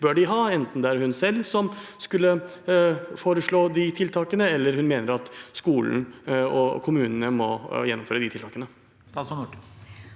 bør de ha – enten hun selv skulle foreslå de tiltakene, eller hun mener at skolen og kommunene må gjennomføre de tiltakene?